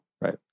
Right